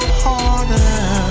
harder